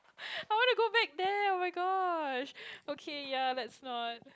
I want to go back there oh-my-god okay ya let's not